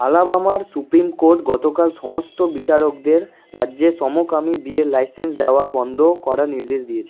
আলাবামার supreme court গতকাল সমস্ত বিচারকদের রাজ্যে সমকামী বিয়ের লাইসেন্স দেওয়া বন্ধ করার নির্দেশ দিয়েছে